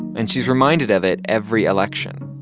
and she's reminded of it every election,